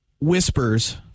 whispers